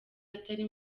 atari